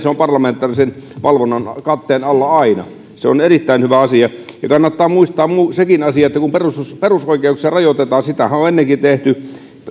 on parlamentaarisen valvonnan katteen alla aina se on erittäin hyvä asia kannattaa muistaa sekin asia että kun perusoikeuksia rajoitetaan sitähän on ennenkin tehty